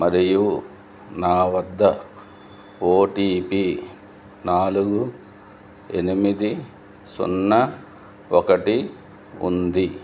మరియు నా వద్ద ఓటీపీ నాలుగు ఎనిమిది సున్నా ఒకటి ఉంది